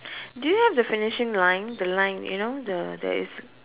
do you have the finishing line the line you know the there is